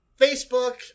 Facebook